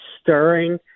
stirring